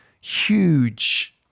huge